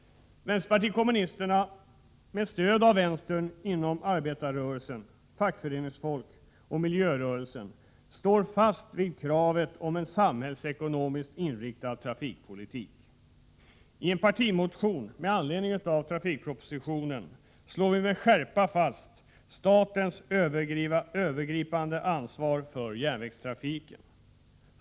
Vänsterpartiet kommunisterna, med stöd av vänstern inom arbetarrörelsen, fackföreningsfolk och miljörörelsen, står fast vid kravet om en samhällsekonomiskt inriktad trafikpolitik. I en partimotion med anledning av trafikpropositionen slår vi med skärpa fast statens övergripande ansvar för järnvägstrafiken.